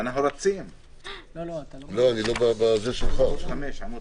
שנים ומחר מגיע מישהו חדש